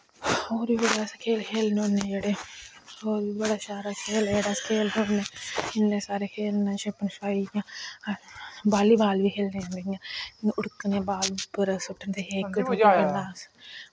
होर बी बड़े खेल खेलने होन्ने अस जेह्ड़े होर बी बड़ा शैल अस खेल जेह्ड़े अस खेलने होन्ने इन्ने सारे खेल न शप्पन शपाई इयां बॉल्ली बॉल बी खेलने इयां उड़कने अस बॉल उप्पर अस सुटदे हे